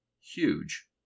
huge